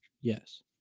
Yes